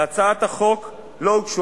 להצעת החוק לא הוגשו,